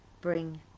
bring